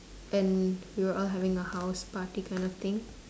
and we were all having a house party kind of thing